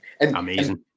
Amazing